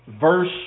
verse